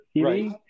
Right